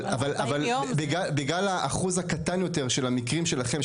אבל בגלל האחוז הקטן יותר של המקרים שלכם,